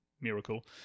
miracle